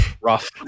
rough